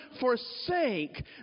forsake